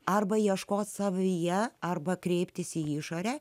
arba ieškoti savyje arba kreiptis į išorę